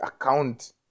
account